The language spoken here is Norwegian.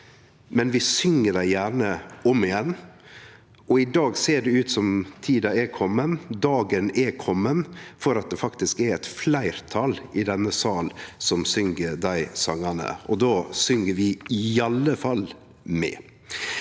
Men vi syng dei gjerne om igjen. Og i dag ser det ut som om tida er komen. Dagen er komen for at det faktisk er eit fleirtal i denne salen som syng dei songane. Då syng vi i alle fall med,